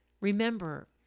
Remember